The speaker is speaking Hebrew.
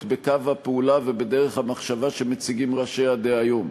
את קו הפעולה ובדרך המחשבה שמציגים ראשיה דהיום.